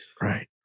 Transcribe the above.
right